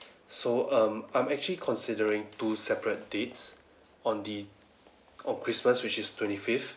so um I'm actually considering two separate dates on the on christmas which is twenty fifth